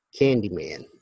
Candyman